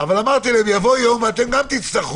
אמרתי להם שיבוא יום וגם הם יצטרכו.